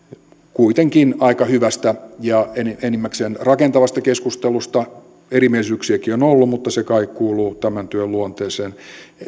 kuitenkin aika hyvästä ja enimmäkseen rakentavasta keskustelusta erimielisyyksiäkin on ollut mutta se kai kuuluu tämän työn luonteeseen